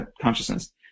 consciousness